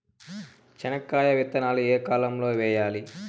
చెనక్కాయ విత్తనాలు ఏ కాలం లో వేయాలి?